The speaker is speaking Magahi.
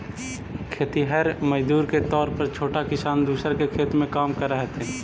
खेतिहर मजदूर के तौर पर छोटा किसान दूसर के खेत में काम करऽ हथिन